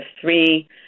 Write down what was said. three